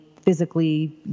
physically